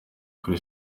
kuri